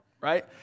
right